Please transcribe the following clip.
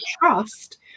trust